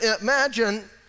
Imagine